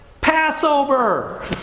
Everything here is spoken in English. Passover